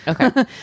Okay